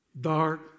dark